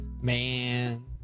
Man